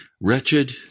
Wretched